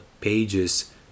pages